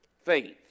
Faith